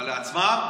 אבל לעצמם,